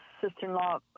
sister-in-law